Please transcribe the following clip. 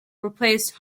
replaced